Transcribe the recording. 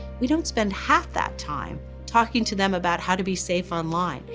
we don't spend half that time talking to them about how to be safe online,